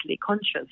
conscious